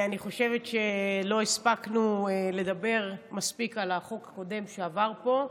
אני חושבת שלא הספקנו לדבר מספיק על החוק הקודם שעבר פה,